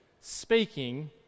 speaking